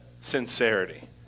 sincerity